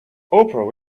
oprah